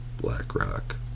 BlackRock